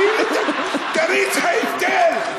תראה את ההבדל,